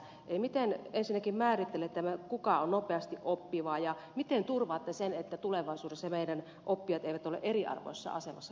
eli miten ensinnäkin määrittelette tämän kuka on nopeasti oppiva ja miten turvaatte sen että tulevaisuudessa meidän oppijat eivät ole eriarvoisessa asemassa koulutiellä